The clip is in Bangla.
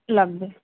লাগবে